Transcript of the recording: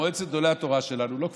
מועצת גדולי התורה שלנו, הם לא כפופים.